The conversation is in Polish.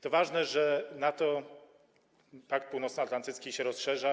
To ważne, że NATO, Pakt Północnoatlantycki, się rozszerza.